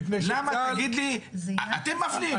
אתם מפלים.